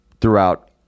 throughout